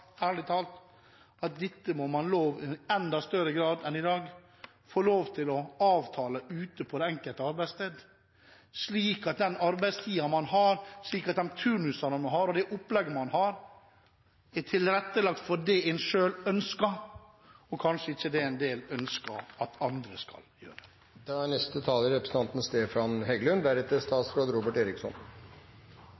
ærlig talt, at dette må man i enda større grad enn i dag få lov til å avtale ute på det enkelte arbeidssted, slik at den arbeidstiden man har, de turnusene man har, og det opplegget man har, er tilrettelagt ut fra det en selv ønsker – og ikke ut fra det en del andre kanskje ønsker at man skal gjøre.